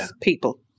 people